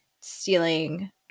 stealing